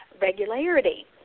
regularity